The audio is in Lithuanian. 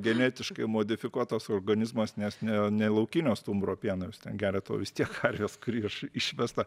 genetiškai modifikuotas organizmas nes ne ne laukinio stumbro pieną jūs ten geriat o vis tiek karvės kuri iš išvesta